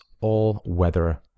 all-weather